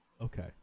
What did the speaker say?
Okay